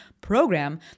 program